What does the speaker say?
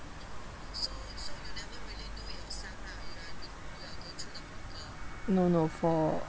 no no for